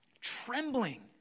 trembling